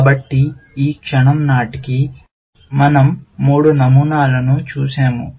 కాబట్టి ఈ క్షణం నాటికి మన০ మూడు నమూనాలను చూశాము